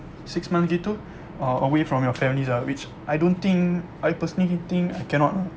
six month gitu ah away from your families lah which I don't think I personally think I cannot ah you know